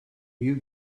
you